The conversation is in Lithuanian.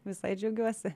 visai džiaugiuosi